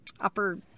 upper